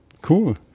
Cool